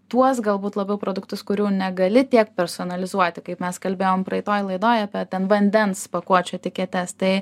tuos galbūt labiau produktus kurių negali tiek personalizuoti kaip mes kalbėjom praeitoj laidoj apie ten vandens pakuočių etiketes tai